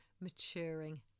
maturing